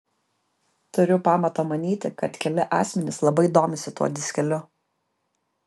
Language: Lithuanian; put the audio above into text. turiu pamato manyti kad keli asmenys labai domisi tuo diskeliu